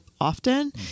often